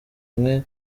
mwe